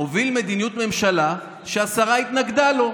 הוביל מדיניות ממשלה שהשרה התנגדה לה,